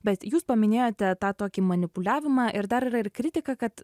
bet jūs paminėjote tą tokį manipuliavimą ir dar yra ir kritiką kad